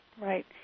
right